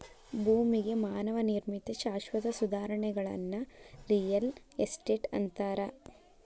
ಭೂಮಿಗೆ ಮಾನವ ನಿರ್ಮಿತ ಶಾಶ್ವತ ಸುಧಾರಣೆಗಳನ್ನ ರಿಯಲ್ ಎಸ್ಟೇಟ್ ಅಂತಾರ